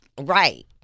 right